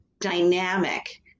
dynamic